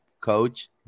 coach